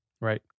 right